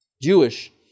Jewish